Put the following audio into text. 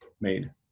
made